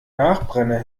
nachbrenner